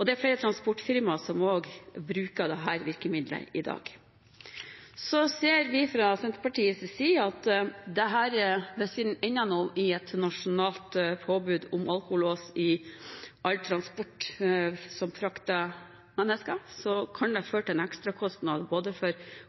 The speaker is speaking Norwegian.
Det er flere transportfirma som også bruker dette virkemiddelet i dag. Fra Senterpartiets side ser vi at hvis vi ender i et nasjonalt påbud om alkolås i all transport som frakter mennesker, så kan det føre til en ekstra kostnad for både